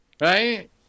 Right